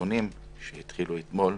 החיסונים שהתחילו אתמול,